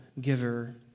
giver